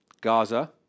Gaza